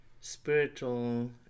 spiritual